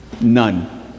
None